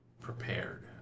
prepared